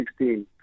2016